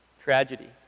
tragedy